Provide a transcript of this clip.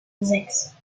sechs